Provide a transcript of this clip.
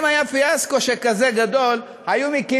אם היה פיאסקו כזה גדול,